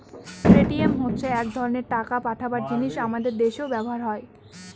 Paytm হচ্ছে এক ধরনের টাকা পাঠাবার জিনিস আমাদের দেশেও ব্যবহার হয়